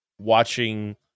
watching